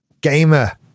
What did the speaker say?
Gamer